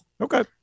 Okay